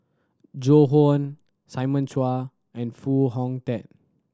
Joan Hon Simon Chua and Foo Hong Tatt